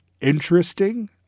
interesting